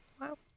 wow